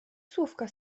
słówka